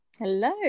Hello